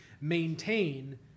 maintain